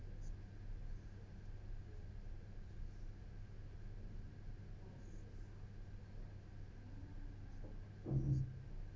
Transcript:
mm